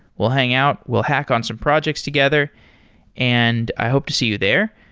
we'll hang out, we'll hack on some projects together and i hope to see you there.